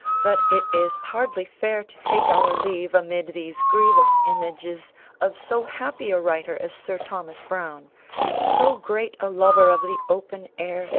but it is hardly fair to take our leave amid these grievous images of so happy a writer as sir thomas browne so great a lover of the open air,